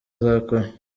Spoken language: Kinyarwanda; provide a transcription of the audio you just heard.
azakora